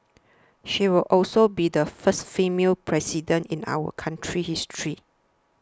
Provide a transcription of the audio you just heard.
she will also be the first female President in our country's history